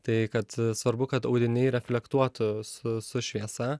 tai kad svarbu kad audiniai reflektuotų su su šviesa